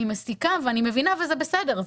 אני מסיקה ואני מבינה וזה בסדר.